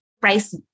price